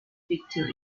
pictures